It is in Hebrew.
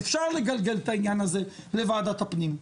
אפשר לגלגל את העניין הזה למשרד הפנים,